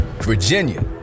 Virginia